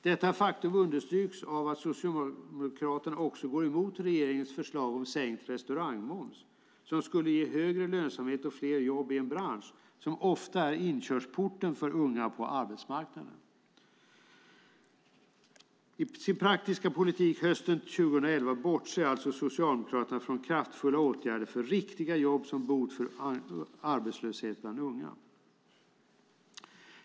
Detta faktum understryks av att Socialdemokraterna också går emot regeringens förslag om sänkt restaurangmoms, något som skulle ge en högre lönsamhet och fler jobb i en bransch som för unga ofta är inkörsporten till arbetsmarknaden. I sin praktiska politik hösten 2011 bortser alltså Socialdemokraterna från kraftfulla åtgärder för riktiga jobb som bot mot arbetslösheten bland unga.